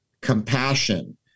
compassion